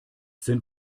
sind